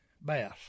bass